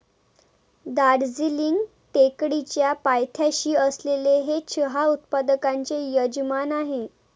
दार्जिलिंग टेकडीच्या पायथ्याशी असलेले हे चहा उत्पादकांचे यजमान आहे